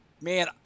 man